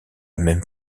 même